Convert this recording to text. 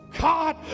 God